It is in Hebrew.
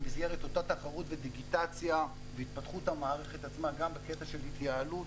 במסגרת אותה תחרות ודיגיטציה והתפתחות המערכת עצמה גם בקטע של התייעלות,